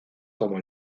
como